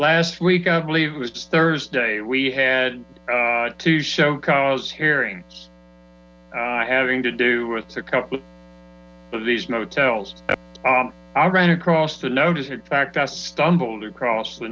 last week i believe it was thursday we had to show cause hearing having to do with a couple of these motels i ran across the notice in fact i stumbled across the